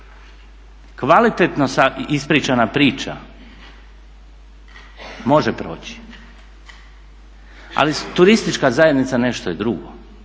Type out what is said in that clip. Kvalitetno ispričana priča može proći, ali turistička zajednica nešto je drugo